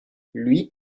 lui